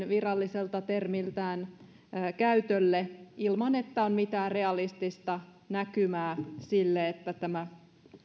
viralliselta termiltään kulutusluottojen käytölle ilman että on mitään realistista näkymää sille että tämä